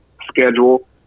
schedule